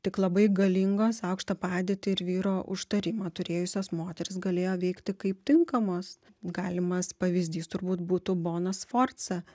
tik labai galingos aukštą padėtį ir vyro užtarimą turėjusios moterys galėjo veikti kaip tinkamos galimas pavyzdys turbūt būtų bona sforca